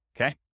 okay